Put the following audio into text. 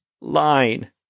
line